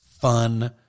fun